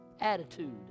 attitude